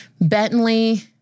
Bentley